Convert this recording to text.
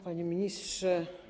Panie Ministrze!